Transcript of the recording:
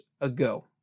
ago